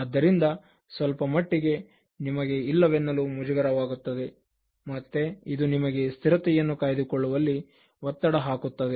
ಆದ್ದರಿಂದ ಸ್ವಲ್ಪಮಟ್ಟಿಗೆ ನಿಮಗೆ ಇಲ್ಲವೆನ್ನಲು ಮುಜುಗರ ವೆನಿಸುತ್ತದೆ ಮತ್ತೆ ಇದು ನಿಮಗೆ ಸ್ಥಿರತೆಯನ್ನು ಕಾಯ್ದುಕೊಳ್ಳುವಲ್ಲಿ ಒತ್ತಡ ಹಾಕುತ್ತದೆ